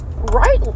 Right